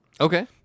Okay